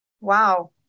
Wow